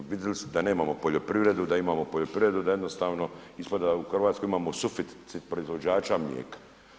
Vidili su da nemamo poljoprivredu, da imamo poljoprivredu da jednostavno ispada da u Hrvatskoj imamo suficit proizvođača mlijeka.